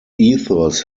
ethos